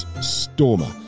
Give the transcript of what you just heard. stormer